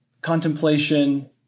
contemplation